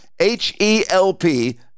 H-E-L-P